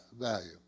value